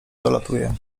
dolatuje